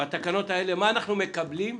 בתקנות האלה, מה אנחנו מקבלים?